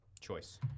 choice